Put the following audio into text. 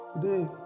Today